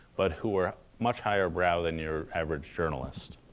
but who are much higher-brow than your average journalist.